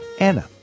Anna